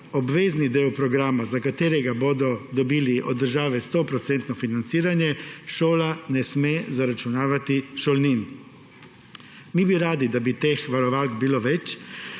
obvezni del programa, za katerega bodo dobili od države 100-odstotno financiranje, šola ne sme zaračunavati šolnin. Mi bi radi, da bi teh varovalk bilo več,